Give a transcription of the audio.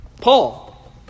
Paul